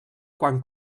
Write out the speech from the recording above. quan